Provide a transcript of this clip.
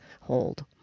hold